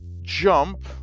jump